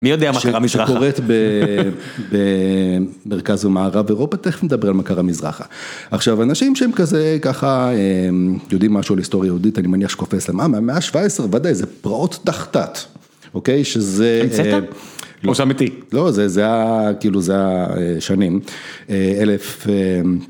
א. מי יודע מה קרה מזרחה? ב. שקורית במרכז ומערב אירופה, תכף נדבר על מה קרה מזרחה. עכשיו, אנשים שהם כזה, ככה, יודעים משהו על היסטוריה יהודית, אני מניח שקופץ להם אה! מהמאה ה-17, ודאי, זה פרעות ת"ח-ת"ט, אוקיי? שזה... א. המצאת? או שזה אמיתי? ב. לא, זה היה, כאילו, זה היה שנים. אלף אממ...